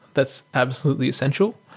that's absolutely essential,